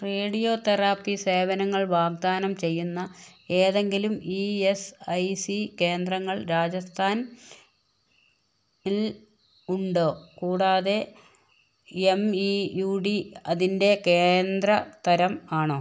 radio therapy സേവനങ്ങൾ വാഗ്ദാനം ചെയ്യുന്ന ഏതെങ്കിലും ഇ എസ് ഐ സി കേന്ദ്രങ്ങൾ രാജസ്ഥാൻ ൽ ഉണ്ടോ കൂടാതെ എം ഇ യു ഡി അതിൻ്റെ കേന്ദ്ര തരം ആണോ